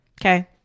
Okay